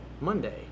Monday